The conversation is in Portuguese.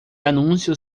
anúncio